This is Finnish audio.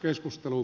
keskustelu